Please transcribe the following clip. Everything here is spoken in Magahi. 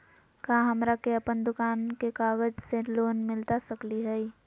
का हमरा के अपन दुकान के कागज से लोन मिलता सकली हई?